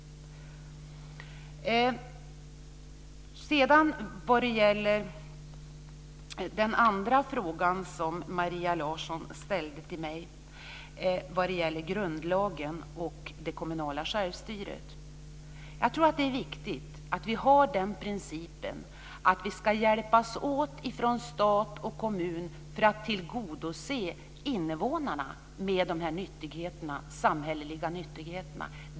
Så till den andra frågan som Maria Larsson ställde till mig, om grundlagen och det kommunala självstyret. Jag tror att det är viktigt att vi har den principen att stat och kommun ska hjälpas åt för att tillgodose invånarna när det gäller de samhälleliga nyttigheterna.